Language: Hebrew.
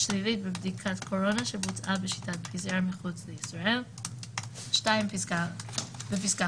שלילית בבדיקת קורונה שבוצעה בשיטת pcr מחוץ לישראל״; (2) בפסקה (5),